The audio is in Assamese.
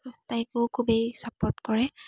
তাইকো খুবেই চাপোৰ্ট কৰে